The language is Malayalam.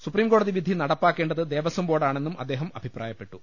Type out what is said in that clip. സുപ്രീംകോടതി വിധി നടപ്പാക്കേണ്ടത് ദേവസ്വം ബോർഡാണെന്നും അദ്ദേഹം അഭിപ്രായപ്പെട്ടു